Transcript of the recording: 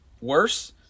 worse